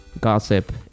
gossip